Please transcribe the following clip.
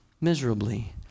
miserably